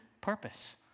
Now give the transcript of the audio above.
purpose